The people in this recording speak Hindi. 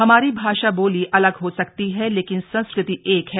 हमारी भाषा बोली अलग हो सकती है लेकिन संस्कृति एक है